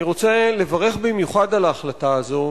אני רוצה לברך במיוחד על ההחלטה הזאת,